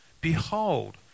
Behold